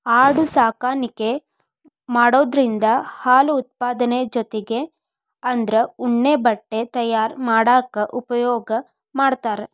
ಆಡು ಸಾಕಾಣಿಕೆ ಮಾಡೋದ್ರಿಂದ ಹಾಲು ಉತ್ಪಾದನೆ ಜೊತಿಗೆ ಅದ್ರ ಉಣ್ಣೆ ಬಟ್ಟೆ ತಯಾರ್ ಮಾಡಾಕ ಉಪಯೋಗ ಮಾಡ್ತಾರ